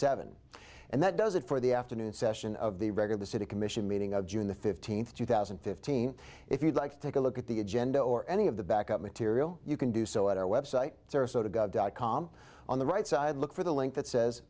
seven and that does it for the afternoon session of the record the city commission meeting of june the fifteenth two thousand and fifteen if you'd like to take a look at the agenda or any of the backup material you can do so at our website sarasota gov dot com on the right side look for the link that says